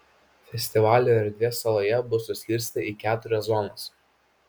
festivalio erdvė saloje bus suskirstyta į keturias zonas